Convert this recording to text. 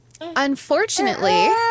unfortunately